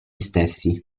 stessi